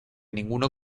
ninguno